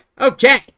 Okay